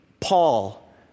Paul